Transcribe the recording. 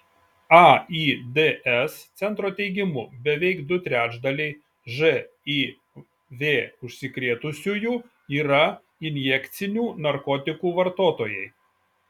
aids centro teigimu beveik du trečdaliai živ užsikrėtusiųjų yra injekcinių narkotikų vartotojai